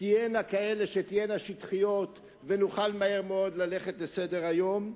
תהיינה שטחיות ונוכל מהר מאוד ללכת לסדר-היום,